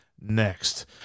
next